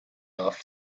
off